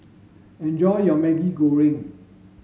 enjoy your Maggi Goreng